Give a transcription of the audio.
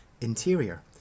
interior